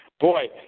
Boy